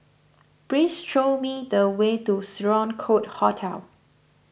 please show me the way to Sloane Court Hotel